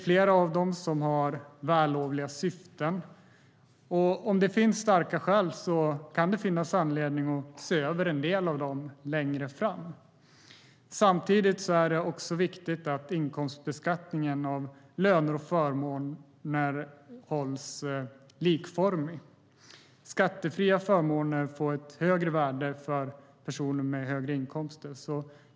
Flera av dem har vällovliga syften, och om det finns starka skäl kan det finnas anledning att se över en del av dem längre fram. Samtidigt är det viktigt att inkomstbeskattningen av löner och förmåner hålls likformig. Skattefria förmåner får ett högre värde för personer med högre inkomster.